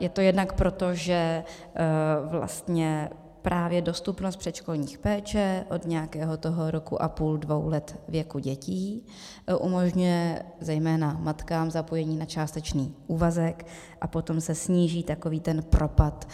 Je to jednak proto, že vlastně právě dostupnost předškolní péče od nějakého toho roku a půl, dvou let věku dětí umožňuje zejména matkám zapojení se na částečný úvazek a potom se sníží takový ten propad